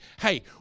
hey